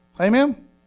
Amen